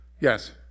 Yes